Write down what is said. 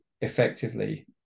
effectively